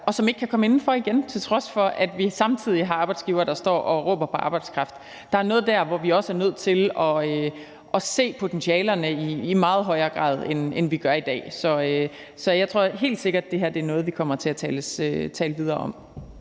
og som ikke kan komme indenfor igen, til trods for at vi samtidig har arbejdsgivere, der står og råber på arbejdskraft. Der er noget der, hvor vi også er nødt til at se potentialerne i meget højere grad, end vi gør det i dag. Så jeg tror helt sikkert, at det her er noget, vi kommer til at tale videre om.